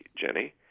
Jenny